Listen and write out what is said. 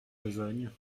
besogne